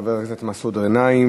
חבר הכנסת מסעוד גנאים,